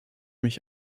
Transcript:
mich